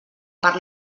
per